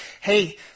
hey